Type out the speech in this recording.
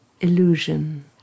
illusion